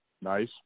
Nice